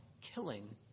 killing